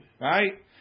right